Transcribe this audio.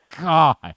God